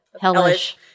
Hellish